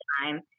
time